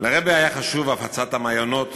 לרבי היה חשוב, הפצת המעיינות,